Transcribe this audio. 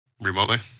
remotely